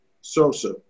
Sosa